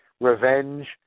revenge